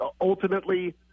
Ultimately